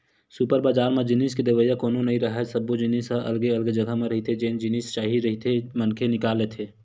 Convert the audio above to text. super बजार म जिनिस के देवइया कोनो नइ राहय, सब्बो जिनिस ह अलगे अलगे जघा म रहिथे जेन जिनिस चाही रहिथे मनखे निकाल लेथे